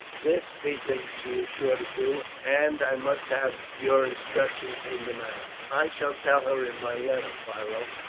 this, methinks, she is sure to do, and i must have your instructions in the matter. i shall tell her in my letter, philo,